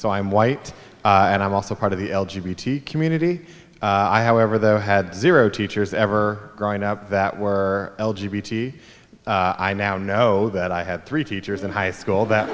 so i'm white and i'm also part of the l g beauty community i however though had zero teachers ever growing up that were l g b t i now know that i had three teachers in high school that